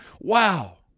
wow